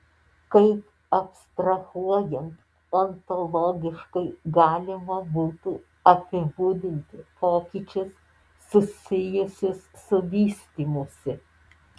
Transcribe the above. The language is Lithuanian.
kaip abstrahuojant ontologiškai galima būtų apibūdinti pokyčius susijusius su vystymusi